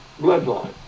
bloodline